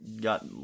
got